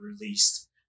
released